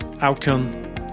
outcome